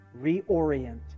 reorient